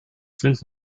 sind